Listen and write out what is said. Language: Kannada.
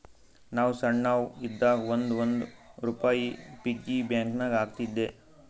ನಾನು ಸಣ್ಣವ್ ಇದ್ದಾಗ್ ಒಂದ್ ಒಂದ್ ರುಪಾಯಿ ಪಿಗ್ಗಿ ಬ್ಯಾಂಕನಾಗ್ ಹಾಕ್ತಿದ್ದೆ